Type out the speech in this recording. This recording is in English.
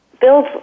build